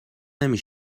نمی